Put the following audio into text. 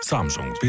Samsung